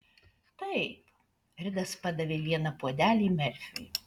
taip ridas padavė vieną puodelį merfiui